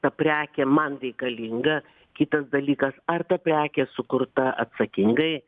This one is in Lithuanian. ta prekė man reikalinga kitas dalykas ar ta prekė sukurta atsakingai